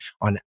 on